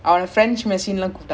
what's that